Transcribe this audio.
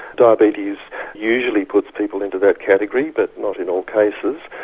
diabetes usually puts people into that category but not in all cases.